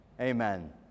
amen